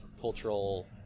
cultural